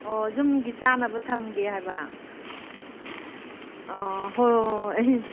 ꯑꯣ ꯌꯨꯝꯒꯤ ꯆꯥꯅꯕ ꯊꯝꯒꯦ ꯍꯥꯏꯕ ꯑꯣ ꯍꯣꯏ ꯍꯣꯏ ꯍꯣꯏ ꯑꯩ